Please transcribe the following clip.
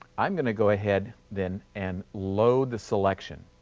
i'm going to go ahead then and load the selection